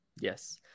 Yes